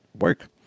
work